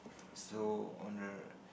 so on the